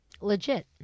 legit